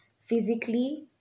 physically